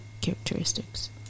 characteristics